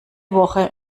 woche